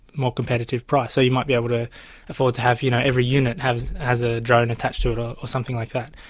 more competitive price. so you might be able to afford to have you know every unit has a drone and attached to it or or something like that.